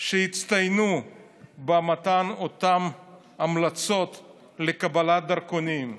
שהצטיינו במתן אותן המלצות לקבלת דרכונים?